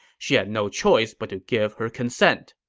she had no choice but to give her consent.